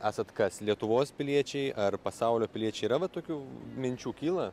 esat kas lietuvos piliečiai ar pasaulio piliečiai yra va tokių minčių kyla